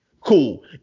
Cool